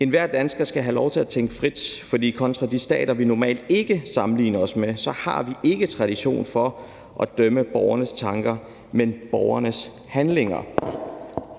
Enhver dansker skal have lov til at tænke frit, for kontra de stater, vi normalt ikke sammenligner os med, så har vi ikke en tradition for at dømme borgernes tanker, men borgernes handlinger,